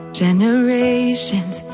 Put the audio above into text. generations